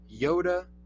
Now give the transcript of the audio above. Yoda